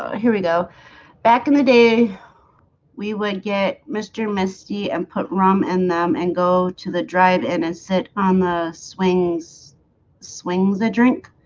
ah here we go back in the day we would get mr. misty and put rum in them and go to the drive-in and and sit on the swings swings a drink